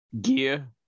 Gear